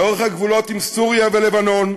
לאורך הגבולות עם סוריה ולבנון,